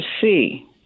see